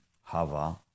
Hava